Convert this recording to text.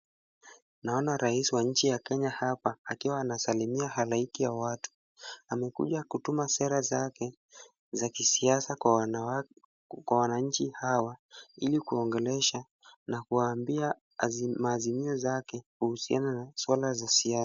Naona rais wa nchi ya Kenya hapa akiwa anasalimia halaiki ya watu. Amekuja kutuma sera zake za kisiasa kwa wananchi hawa ili kuwaongelesha na kuwaambia azimia zako kuhusiana na swala la kisiasa.